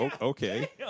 Okay